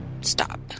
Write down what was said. stop